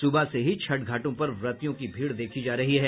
सुबह से ही छठ घाटों पर व्रतियों की भीड़ देखी जा रही है